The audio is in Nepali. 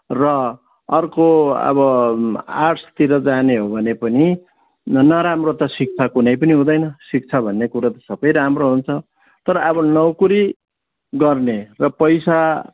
र अर्को अब आर्ट्सतिर जाने हो भने पनि नराम्रो त शिक्षा कुनै पनि हुँदैन शिक्षा भन्ने कुरा त सबै राम्रो हुन्छ तर अब नोकरी गर्ने र पैसा